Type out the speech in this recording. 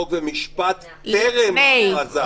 חוק ומשפט טרם ההכרזה.